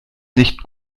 nicht